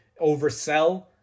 oversell